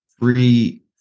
three